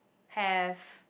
have